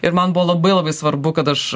ir man buvo labai labai svarbu kad aš